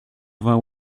vingt